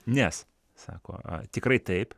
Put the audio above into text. nes sako tikrai taip